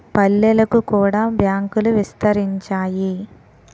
పల్లెలకు కూడా బ్యాంకులు విస్తరించాయి